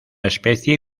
especie